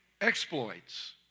Exploits